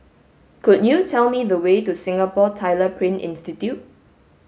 could you tell me the way to Singapore Tyler Print Institute